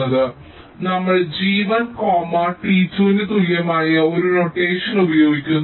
അതിനാൽ നമ്മൾ g 1 comma t 2 ന് തുല്യമായ ഒരു നൊട്ടേഷൻ ഉപയോഗിക്കുന്നു